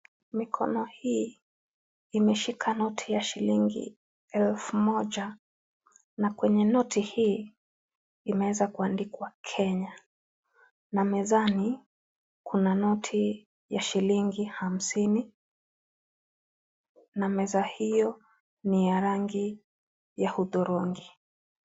Mikono hii imeshika noti ya shilingi elfu moja na kwenye noti hii imeweza kuandikwa Kenya na mezani kuna noti ya shilingi hamsini na meza hiyo ni ya rangi hudhurungi.